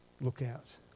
lookout